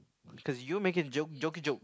cause you make it joke joke joke